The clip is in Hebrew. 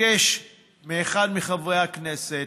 אבקש מאחד מחברי הכנסת